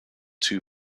two